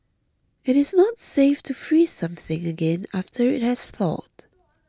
it is not safe to freeze something again after it has thawed